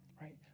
Right